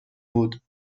بود